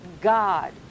God